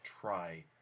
try